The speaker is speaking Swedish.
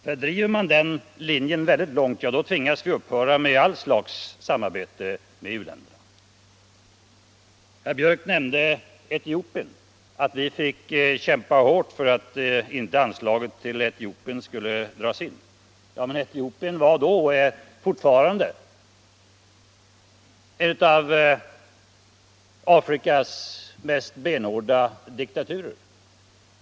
Konsekvensen kan annars bli att vi borde upphöra med allt slags samarbete med u-länder. Herr Björck nämnde Etiopien och sade att vi fick kämpa hårt för att inte anslaget till Etiopien skulle dras in. Men Etiopien var då och är fortfarande en av Afrikas mest stenhårda diktaturer.